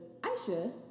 Aisha